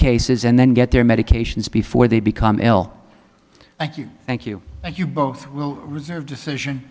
cases and then get their medications before they become ill thank you thank you but you both will reserve decision